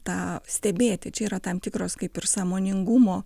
tą stebėti čia yra tam tikros kaip ir sąmoningumo